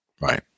Right